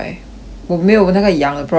我没有那个痒的 problem liao eh